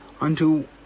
unto